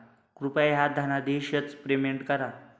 कृपया ह्या धनादेशच पेमेंट करा